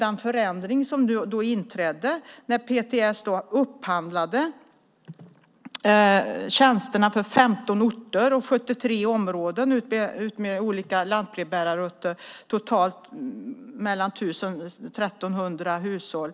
En förändring inträdde när PTS upphandlade tjänsterna för 15 orter och 73 områden utmed olika lantbrevbärarrutter. Totalt berördes mellan 1 000 och 1 300 hushåll.